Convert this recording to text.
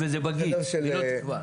היא לא תקבע.